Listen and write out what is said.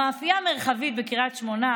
המאפייה המרחבית בקריית שמונה